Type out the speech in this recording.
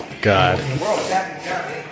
God